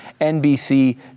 NBC